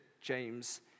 James